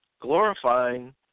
glorifying